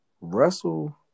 Russell